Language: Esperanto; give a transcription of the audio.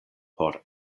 por